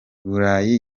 burayi